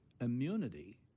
immunity